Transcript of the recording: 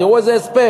תראו איזה הספק,